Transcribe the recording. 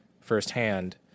firsthand